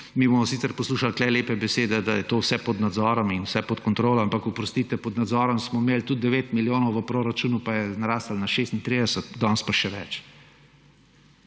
Mi bomo sicer poslušali tu lepe besede, da je to vse pod nadzorom in vse pod kontrolo, ampak oprostite, pod nadzorom smo imeli tudi 9 milijonov v proračunu, pa je naraslo na 36, danes pa še več.